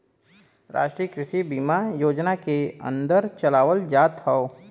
राष्ट्रीय कृषि बीमा योजना के अन्दर चलावल जात हौ